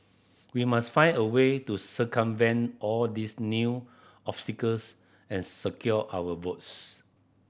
we must find a way to circumvent all these new obstacles and secure our votes